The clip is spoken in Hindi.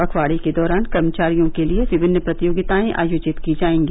पखवाड़े के दौरान कर्मचारियों के लिये विभिन्न प्रतियोगितायें आयोजित की जायेंगी